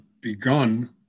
begun